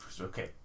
Okay